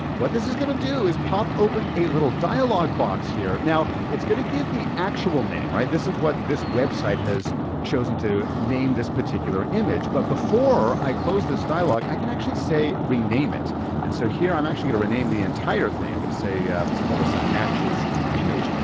what this is gonna do is pop open a little dialog box here. now it's gonna give the actual name, right this is what this website has chosen to name this particular image. but before i close this dialog, i can actually say rename it and so here i'm actually gonna rename the entire thing, i'm gonna say, yeah let's call this a matches image.